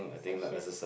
session